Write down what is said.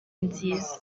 nziza